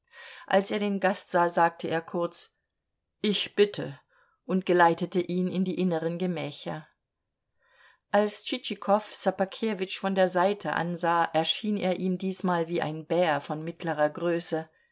als er den gast sah sagte er kurz ich bitte und geleitete ihn in die inneren gemächer als tschitschikow ssobakewitsch von der seite ansah erschien er ihm diesmal wie ein bär von mittlerer größe